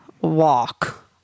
walk